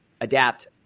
adapt